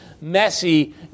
messy